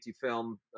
film